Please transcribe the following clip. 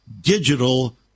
Digital